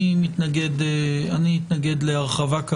אני אתנגד להרחבה.